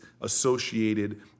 associated